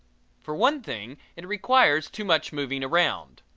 for one thing, it requires too much moving round.